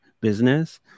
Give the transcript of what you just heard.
business